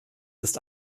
ist